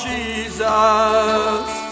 Jesus